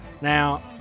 Now